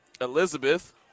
Elizabeth